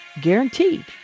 guaranteed